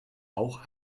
auch